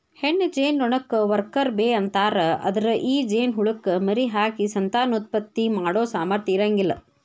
ಹೆಣ್ಣ ಜೇನನೊಣಕ್ಕ worker bee ಅಂತಾರ, ಅದ್ರ ಈ ಜೇನಹುಳಕ್ಕ ಮರಿಹಾಕಿ ಸಂತಾನೋತ್ಪತ್ತಿ ಮಾಡೋ ಸಾಮರ್ಥ್ಯ ಇರಂಗಿಲ್ಲ